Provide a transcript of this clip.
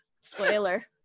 Spoiler